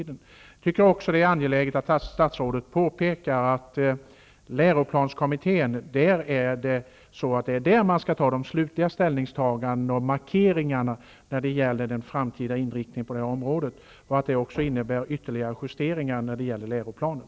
Det är också angeläget att statsrådet påpekar att det är inom läroplanskommittén som man skall göra de slutliga ställningstagandena, att det är läroplanskommittén som skall göra de slutliga markeringarna av den framtida inriktningen på det här området och att detta innebär ytterligare justeringar när det gäller läroplanen.